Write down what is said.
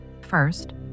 First